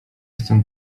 chcę